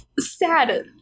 sad